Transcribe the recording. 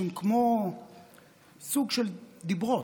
שהן כמו סוג של דיברות,